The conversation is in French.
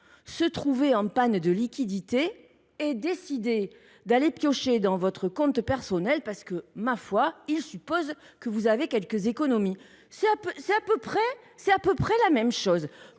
se trouvant en panne de liquidités, décidait d’aller piocher dans votre compte personnel parce que, ma foi, il suppose que vous avez quelques économies. C’est à peu près la même chose